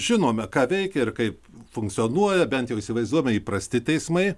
žinome ką veikia ir kaip funkcionuoja bent jau įsivaizduojame įprasti teismai